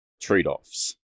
trade-offs